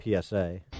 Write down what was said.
PSA